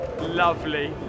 lovely